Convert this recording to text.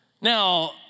Now